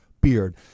beard